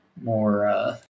more